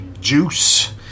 Juice